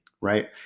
right